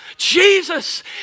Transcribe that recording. Jesus